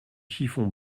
chiffon